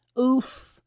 oof